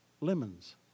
Lemons